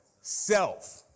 Self